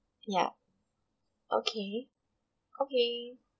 ya okay okay